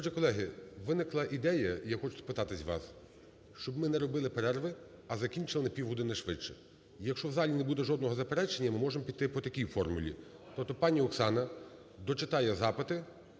Отже, колеги, виникла ідея, я хочу спитатись вас, щоб не робити перерви, а закінчили на півгодини швидше. Якщо в залі не буде жодного заперечення, миможем піти по такій формулі. Тобто пані Оксана дочитає запити,